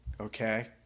okay